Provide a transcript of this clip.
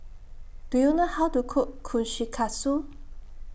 Do YOU know How to Cook Kushikatsu